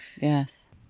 Yes